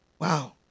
Wow